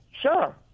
sure